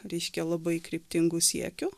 reiškia labai kryptingu siekiu